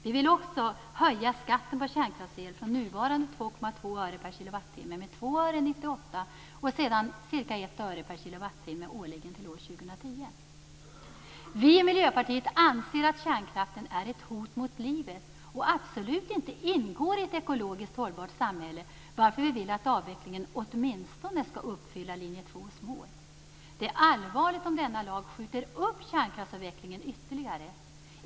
Vi vill också höja skatten på kärnkraftsel från nuvarande 2,2 öre per kWh med 2 öre 1998 och sedan med ca 1 öre per kWh årligen till år 2010. Vi i Miljöpartiet anser att kärnkraften är ett hot mot livet och absolut inte ingår i ett ekologiskt hållbart samhälle, varför vi vill att avvecklingen åtminstone skall uppfylla linje 2:s mål. Det är allvarligt om denna lag skjuter upp kärnkraftsavvecklingen ytterligare.